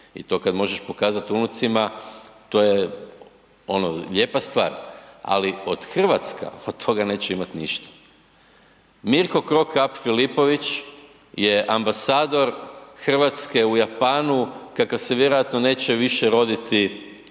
i to kada možeš pokazati unucima to je ono lijepa stvar, ali Hrvatska od toga neće imati ništa. Mirko Cro Cup Filopović je ambasador Hrvatske u Japanu kakav se vjerojatno neće više roditi u